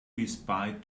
respite